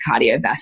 cardiovascular